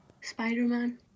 Spider-Man